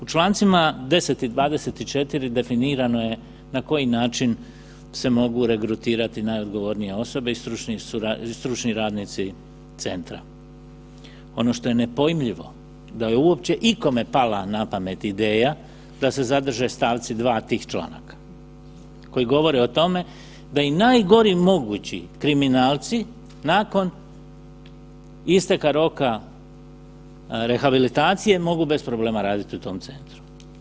U člancima 10. i 24. definirano je na koji način se mogu regrutirati najodgovornije osobe i stručni radnici centra, ono što je nepojmljivo da je uopće ikome pala na pamet ideja da se zadrže stavci 2. tih članaka koji govore o tome da i najgori mogući kriminalci nakon isteka roka rehabilitacije mogu bez problema raditi u tom centru.